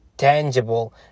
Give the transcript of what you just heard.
tangible